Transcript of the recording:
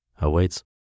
awaits